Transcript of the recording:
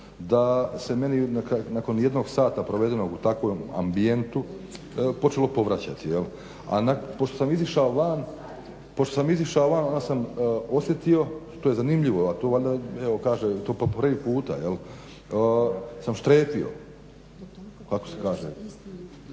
da se meni nakon jednog sata provedenog u takvom ambijentu počelo povraćati, a pošto sam izišao van onda sam osjetio, što je zanimljivo a to valjda kažem evo po prvi puta sam štrepio, kako se kaže,